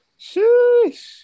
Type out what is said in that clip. Sheesh